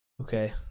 Okay